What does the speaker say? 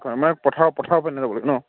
আমাৰ পথাৰ পথাৰৰ পিনে যাব লাগে ন